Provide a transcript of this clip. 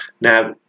Now